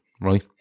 right